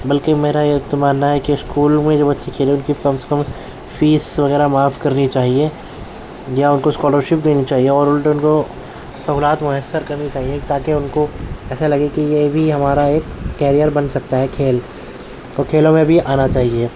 بلکہ میرا یہ تو ماننا ہے کہ اسکول میں جو بچے کھیلیں ان کی کم سے کم فیس وغیرہ معاف کرنی چاہیے جی ہاں ان کو اسکالرشپ دینی چاہیے اور الٹے ان کو سہولات میسر کرنی چاہیے تاکہ ان کو ایسا لگے کہ یہ بھی ہمارا ایک کیرئیر بن سکتا ہے کھیل اور کھیلوں میں بھی آنا چاہیے